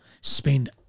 spend